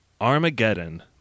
Armageddon